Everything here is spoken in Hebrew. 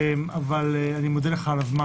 אני מודה לך על הזמן.